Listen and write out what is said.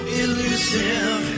elusive